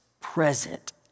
present